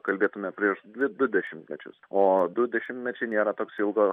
kalbėtume prieš dvi du dešimtmečius o du dešimtmečiai nėra toks ilgo